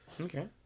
Okay